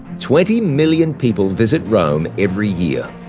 twenty million people visit rome every year.